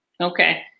Okay